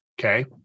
okay